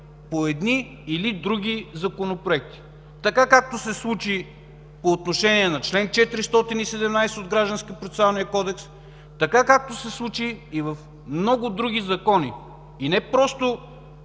по едни или други законопроекти – така, както се случи по отношение на чл. 417 от Гражданско-процесуалния кодекс, както се случи и в много други закони. И не просто